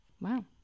Wow